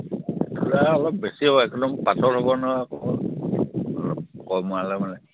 এতোলা অলপ বেছি হ'ব একদম পাতল হ'ব নহয়